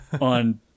on